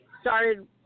started